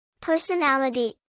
Personality